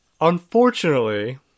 unfortunately